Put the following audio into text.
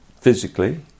physically